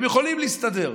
הם יכולים להסתדר.